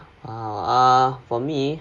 ah for me